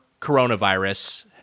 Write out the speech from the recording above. coronavirus